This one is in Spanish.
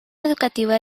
educativa